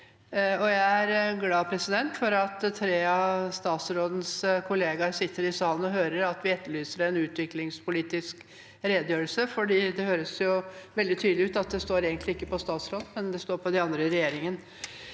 Jeg er glad for at tre av statsrådens kollegaer sitter i salen og hører at vi etterlyser en utviklingspolitisk redegjørelse. Det høres veldig tydelig ut som at det egentlig ikke står på statsråden, men på de andre i regjeringen.